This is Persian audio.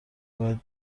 باید